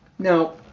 Now